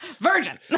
virgin